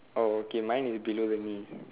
oh okay my is below the knee